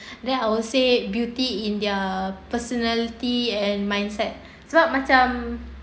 then I would say beauty in their personality and mindset sebab macam